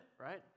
right